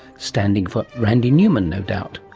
standing for randy newman no doubt.